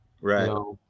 right